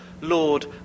Lord